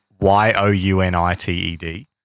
Y-O-U-N-I-T-E-D